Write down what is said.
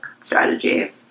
strategy